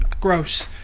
Gross